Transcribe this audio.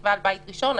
נקבע על בית ראשון,